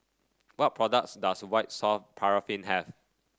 what products does White Soft Paraffin have